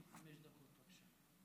בבקשה.